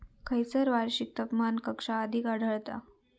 खैयसर वार्षिक तापमान कक्षा अधिक आढळता?